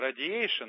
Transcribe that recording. radiation